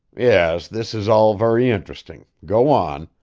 yes, this is all very interesting. go on.